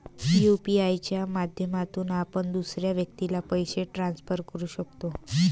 UPI च्या माध्यमातून आपण दुसऱ्या व्यक्तीला पैसे ट्रान्सफर करू शकतो